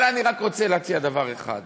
אבל אני רק רוצה להציע דבר אחד,